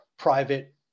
private